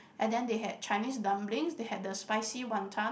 and then they had Chinese dumplings they had the spicy wanton